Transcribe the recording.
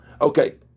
okay